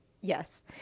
Yes